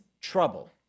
trouble